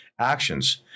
actions